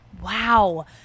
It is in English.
Wow